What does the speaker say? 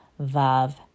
Vav